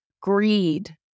greed